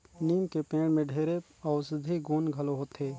लीम के पेड़ में ढेरे अउसधी गुन घलो होथे